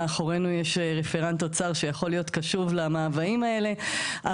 מאחורי יש רפרנט אוצר שיכול להיות קשוב למאוויים האלה.